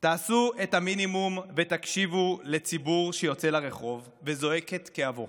תעשו את המינימום ותקשיבו לציבור שיוצא לרחוב וזועק את כאבו.